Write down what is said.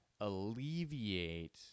alleviate